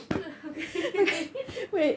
okay okay